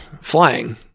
flying